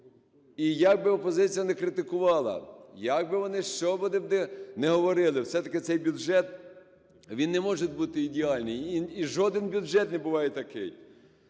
І як би опозиція не критикувала, як би вони, що б вони не говорили, все-таки цей бюджет, він не може бути ідеальний, і жоден бюджет не буває такий.